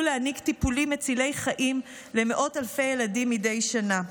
להעניק טיפולים מצילי חיים למאות אלפי ילדים מדי שנה.